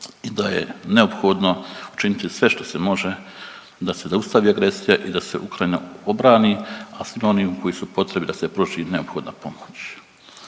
i da je neophodno učiniti sve što se može da se zaustavi agresija i da se Ukrajina obrani, a svim onima koji su u potrebi da se pruži neophodna pomoć.